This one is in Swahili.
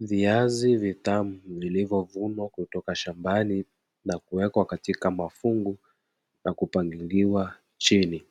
Viazi vitamu vilivyovunwa kutoka shambani na kuwekwa katika mafungu na kupangiwa chini.